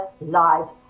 lives